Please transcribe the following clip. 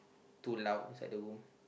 too loud inside the room